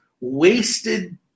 wasted